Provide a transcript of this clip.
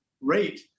rate